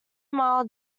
mile